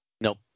nope